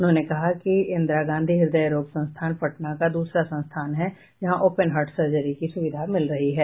उन्होंने कहा कि इंदिरा गांधी हृदय रोग संस्थान पटना का दूसरा संस्थान है जहां ओपेन हार्ट सर्जरी की सुविधा मिल रही है